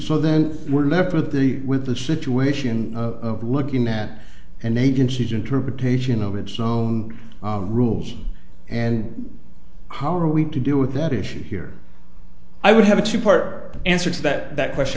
so then we're left with the with the situation of looking at and agencies interpretation of its own rules and how are we to do with that issue here i would have a two part answer to that question